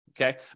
Okay